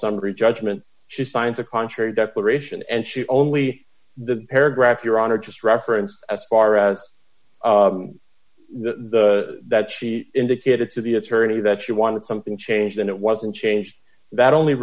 summary judgment she signs a contrary declaration and she only the paragraph your honor just referenced as far as the that she indicated to the attorney that she wanted something changed and it wasn't changed that only